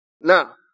Now